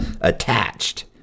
attached